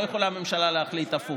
לא יכולה הממשלה להחליט הפוך.